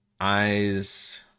eyes